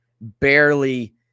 barely